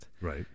Right